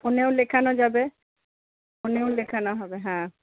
ফোনেও লেখানো যাবে ফোনেও লেখানো হবে হ্যাঁ